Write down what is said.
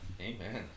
Amen